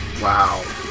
Wow